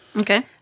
Okay